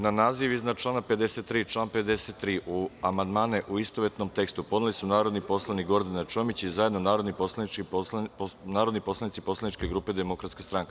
Na naziv iznad člana 53. i član 53. amandmane, u istovetnom tekstu, podneli su narodni poslanik Gordana Čomić i zajedno narodni poslanici poslaničke grupe Demokratska stranka.